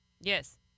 Yes